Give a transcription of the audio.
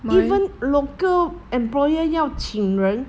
even local employer 要请人